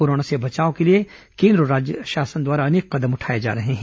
corona से बचाव के लिए केन्द्र और राज्य शासन द्वारा अनेक कदम उठाए जा रहे हैं